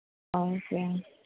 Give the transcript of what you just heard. okay